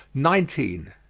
nineteen.